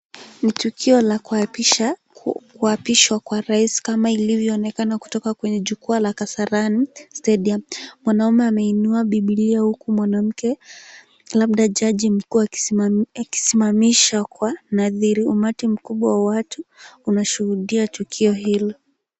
Ni tukio la kuapishwa kwa rais kama ilivyoonekana kutoka kwenye jukwaa la kasarani stadium . Mwanaume ameinua Bibilia huku mwanamke labda jaji mkuu akisimamisha kwa unadhiri. Umati mkubwa wa watu unashuhudia tukio hili.